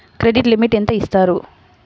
Credit limit ఎంత ఇస్తారు?